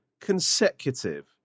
consecutive